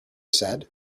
said